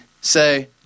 say